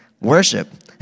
worship